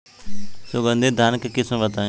सुगंधित धान के किस्म बताई?